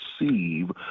receive